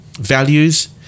values